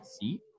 seat